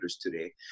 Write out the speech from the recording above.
today